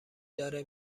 داره